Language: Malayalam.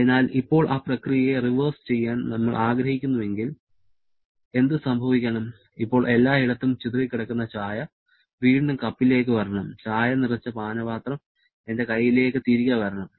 അതിനാൽ ഇപ്പോൾ ആ പ്രക്രിയയെ റിവേഴ്സ് ചെയ്യാൻ നമ്മൾ ആഗ്രഹിക്കുന്നുവെങ്കിൽ എന്തുസംഭവിക്കണം ഇപ്പോൾ എല്ലായിടത്തും ചിതറിക്കിടക്കുന്ന ചായ വീണ്ടും കപ്പിലേക്ക് വരണം ചായ നിറച്ച പാനപാത്രം എന്റെ കൈയിലേക്ക് തിരികെ വരണം